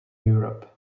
europe